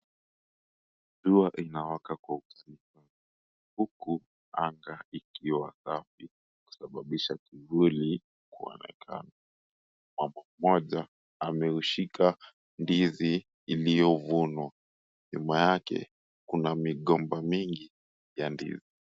Jua inawaka kwa ukali sana huku anga ikiwa safi, kusababisha kivuli kuonekana. Mama mmoja ameushika ndizi iliyovunwa. Nyuma yake kuna migomba mingi ya ndizi.